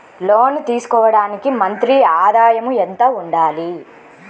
లోను తీసుకోవడానికి మంత్లీ ఆదాయము ఎంత ఉండాలి?